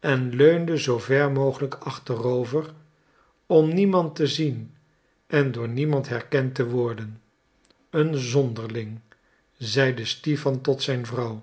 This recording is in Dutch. en leunde zoover mogelijk achterover om niemand te zien en door niemand herkend te worden een zonderling zeide stipan tot zijn vrouw